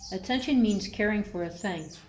attention means caring for a thing,